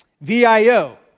VIO